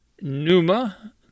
Numa